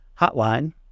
hotline